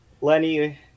lenny